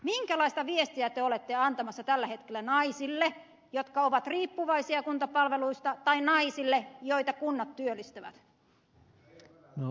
minkälaista viestiä te olette antamassa tällä hetkellä naisille jotka ovat riippuvaisia kuntapalveluista tai naisille joita kunnat työllistävät